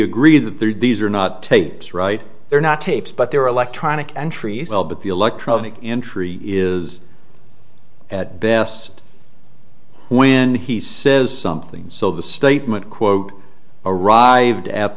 agree that there are these are not tapes right there not tapes but there are electronic entries all but the electronic entry is at best when he says something so the statement quote arrived at